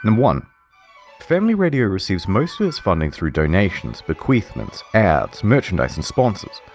and one family radio receives most of its funding through donations, bequeathements, ads, merchandise, and sponsors.